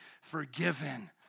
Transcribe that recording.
forgiven